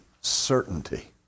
certainty